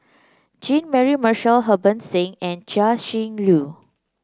Jean Mary Marshall Harbans Singh and Chia Shi Lu